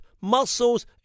Muscles